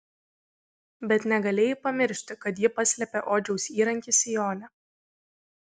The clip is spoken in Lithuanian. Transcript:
bet negalėjai pamiršti kad ji paslėpė odžiaus įrankį sijone